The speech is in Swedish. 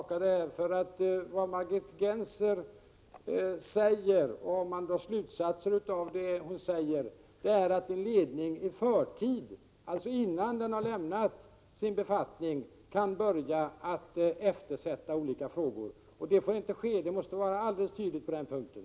Herr talman! Jag är mycket noga med att återkomma till detta. Vad Margit Gennser säger är att en person i ledningen innan han har lämnat sin befattning kan börja eftersätta olika frågor. Detta får inte ske — det måste vara alldeles tydligt på den punkten.